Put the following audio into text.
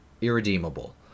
irredeemable